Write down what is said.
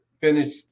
finish